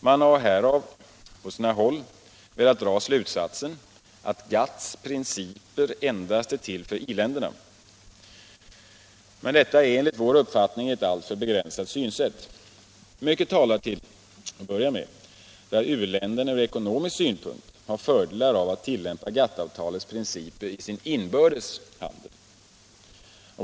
Man har härav på sina håll velat dra slutsatsen att GATT:s principer endast är till för i-länderna. Detta är enligt vår uppfattning ett alltför begränsat synsätt. Mycket talar till att börja med för att u-länderna från ekonomisk synpunkt har fördelar av att tillämpa GATT-avtalets principer i sin inbördes handel.